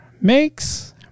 makes